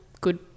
good